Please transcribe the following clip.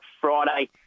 Friday